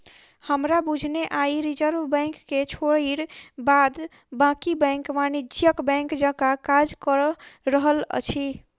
हमरा बुझने आइ रिजर्व बैंक के छोइड़ बाद बाँकी बैंक वाणिज्यिक बैंक जकाँ काज कअ रहल अछि